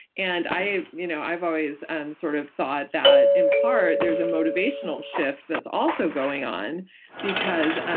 and i've you know i've always um sort of thought that in part, there's a motivational shift that's also going on because.